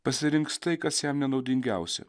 pasirinks tai kas jam nenaudingiausia